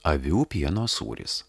avių pieno sūris